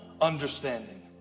understanding